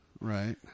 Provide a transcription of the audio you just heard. right